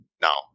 Now